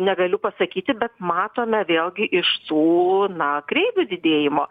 negaliu pasakyti bet matome vėlgi iš tų na kreivių didėjimo